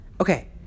okay